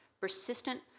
persistent